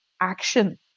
action